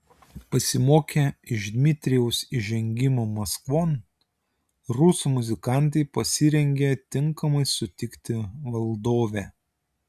pasimokę iš dmitrijaus įžengimo maskvon rusų muzikantai pasirengė tinkamai sutikti valdovę